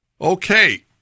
Okay